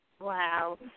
Wow